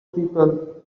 people